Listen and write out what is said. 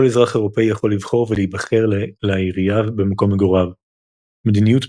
כל אזרח אירופי יכול לבחור ולהיבחר לעירייה במקום מגוריו; מדיניות